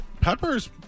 Peppers